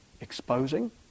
exposing